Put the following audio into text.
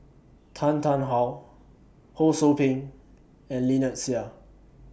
Tan Tarn How Ho SOU Ping and Lynnette Seah